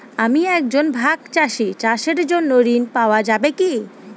আমি একজন ভাগ চাষি চাষের জন্য ঋণ পাওয়া যাবে কি?